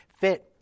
fit